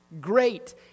Great